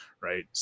right